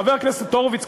חבר הכנסת הורוביץ,